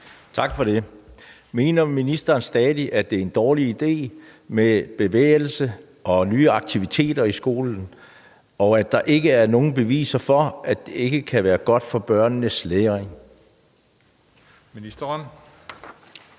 Tak for det. Mener ministeren stadig, at det er en dårlig idé med mere bevægelse og nye aktiviteter i skolen, og at der ikke er noget bevis for, at det kan være godt for børnenes læring?